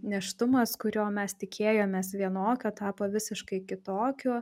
nėštumas kurio mes tikėjomės vienokio tapo visiškai kitokiu